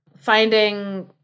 finding